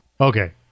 Okay